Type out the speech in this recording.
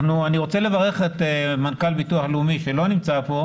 אני רוצה לברך את מנכ"ל הביטוח הלאומי שלא נמצא כאן,